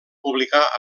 publicar